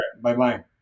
Bye-bye